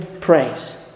praise